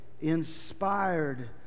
inspired